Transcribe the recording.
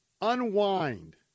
unwind